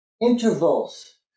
intervals